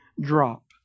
drop